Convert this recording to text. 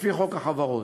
לפי חוק החברות.